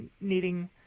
needing